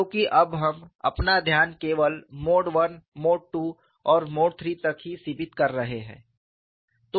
क्योंकि अब हम अपना ध्यान केवल मोड I मोड II और मोड III तक ही सीमित कर रहे हैं